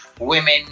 women